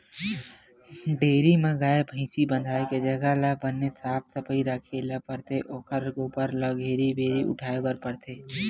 dairy म गाय, भइसी बंधाए के जघा ल बने साफ सफई राखे ल परथे ओखर गोबर ल घेरी भेरी उठाए बर परथे